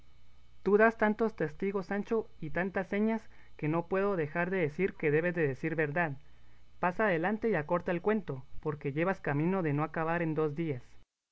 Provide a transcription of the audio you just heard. tú das tantos testigos sancho y tantas señas que no puedo dejar de decir que debes de decir verdad pasa adelante y acorta el cuento porque llevas camino de no acabar en dos días